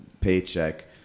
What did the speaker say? paycheck